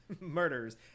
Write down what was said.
murders